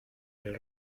del